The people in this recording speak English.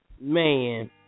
Man